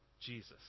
Jesus